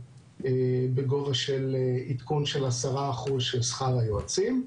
בגובה של עדכון של 10% של שכר היועצים.